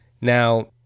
now